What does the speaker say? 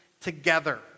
together